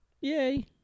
Yay